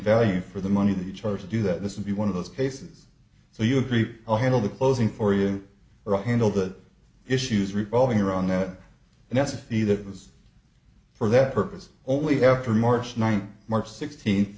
value for the money that you chose to do that this would be one of those cases so you agree i'll handle the closing for you or handle the issues revolving around that and that's the that was for that purpose only after march ninth march sixteenth